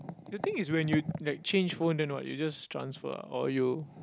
you think it's when you like change phone then what you just transfer ah or you